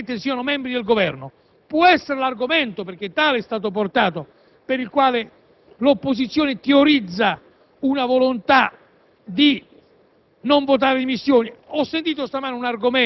il fatto che oggi questi senatori che chiedono di dimettersi siano membri del Governo: questo può essere l'argomento - perché come tale è stato addotto - per il quale l'opposizione teorizza una volontà di